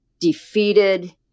defeated